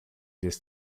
this